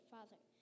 Father